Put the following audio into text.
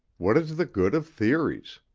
what is the good of theories?